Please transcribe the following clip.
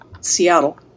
Seattle